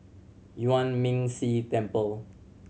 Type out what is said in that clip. Yuan Ming Si Temple